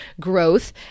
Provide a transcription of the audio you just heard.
growth